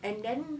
and then